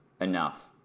enough